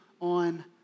on